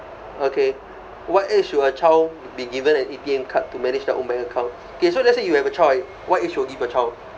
okay what age should a child be given an A_T_M card to manage their own bank account okay so let's say you have a child what age you give your child